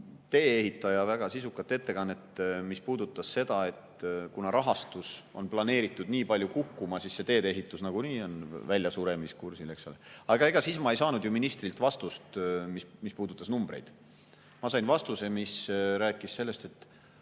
tee-ehitaja väga sisukat ettekannet, mis puudutas seda, et kuna rahastus on planeeritud nii palju kukkuma, siis tee-ehitus on nagunii väljasuremiskursil. Aga ega ma ei saanud ju ministrilt vastust, mis oleks puudutanud numbreid. Ma sain vastuse, mis rääkis sellest, et